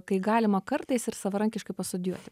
kai galima kartais ir savarankiškai pastudijuoti